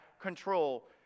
control